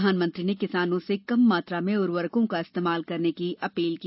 प्रधानमंत्री ने किसानों से कम मात्रा में उर्वरकों का इस्तेमाल करने की अपील की